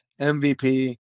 MVP